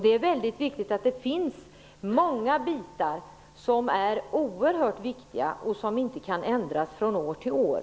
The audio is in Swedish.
Det är angeläget att dessa många, oerhört viktiga saker inte kan ändras från år till år.